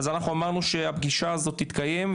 אז אנחנו אמרנו שהפגישה הזאת תתקיים,